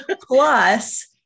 Plus